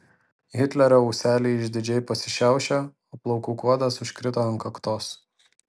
hitlerio ūseliai išdidžiai pasišiaušė o plaukų kuodas užkrito ant kaktos